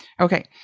Okay